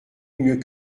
mieux